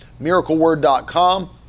miracleword.com